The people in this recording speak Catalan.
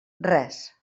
res